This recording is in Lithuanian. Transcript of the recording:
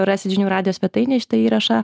rasit žinių radijo svetainėj šitą įrašą